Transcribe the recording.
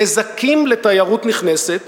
נזקים לתיירות נכנסת